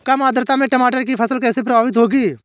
कम आर्द्रता में टमाटर की फसल कैसे प्रभावित होगी?